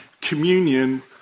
communion